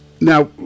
Now